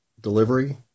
delivery